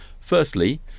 Firstly